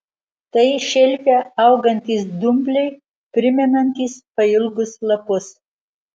tai šelfe augantys dumbliai primenantys pailgus lapus